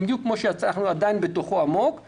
בדיוק כפי שאנחנו עדיין עמוק בתוכו,